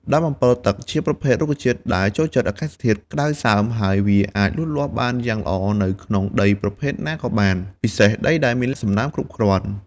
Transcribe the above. ដើមអម្ពិលទឹកជាប្រភេទរុក្ខជាតិដែលចូលចិត្តអាកាសធាតុក្តៅសើម ហើយវាអាចលូតលាស់បានយ៉ាងល្អនៅក្នុងដីប្រភេទណាក៏បាន ពិសេសដីដែលមានសំណើមគ្រប់គ្រាន់។